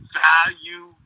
value